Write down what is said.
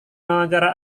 wawancara